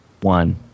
one